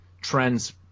trends